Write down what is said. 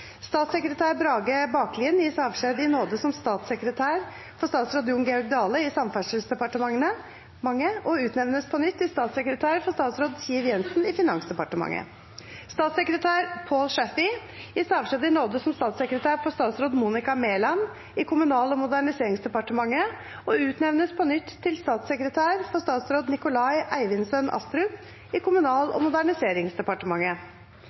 Statssekretær Brage Baklien gis avskjed i nåde som statssekretær for statsråd Jon Georg Dale i Samferdselsdepartementet og utnevnes på nytt til statssekretær for statsråd Siv Jensen i Finansdepartementet. Statssekretær Paul Chaffey gis avskjed i nåde som statssekretær for statsråd Monica Mæland i Kommunal- og moderniseringsdepartementet og utnevnes på nytt til statssekretær for statsråd Nikolai Eivindssøn Astrup i Kommunal-